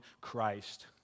Christ